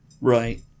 right